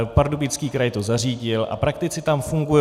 Pardubický kraj to zařídil a praktici tam fungují.